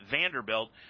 Vanderbilt